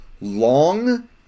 long